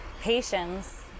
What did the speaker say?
Patience